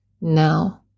now